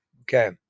Okay